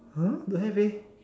!huh! don't have eh